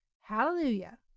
Hallelujah